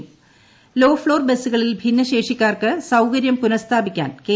low floor bus low floor ബസുകളിൽ ഭിന്നശേഷിക്കാർക്ക് സൌകര്യാ പുനസ്ഥാപിക്കാൻ കെ